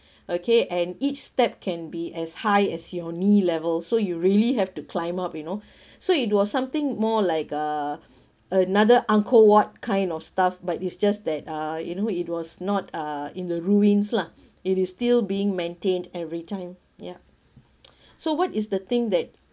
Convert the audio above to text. okay and each step can be as high as your knee level so you really have to climb up you know so it was something more like uh another angkor wat kind of stuff but it's just that uh you know it was not uh in the ruins lah it is still being maintained everytime ya so what is the thing that